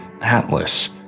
Atlas